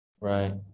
right